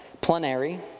plenary